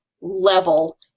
level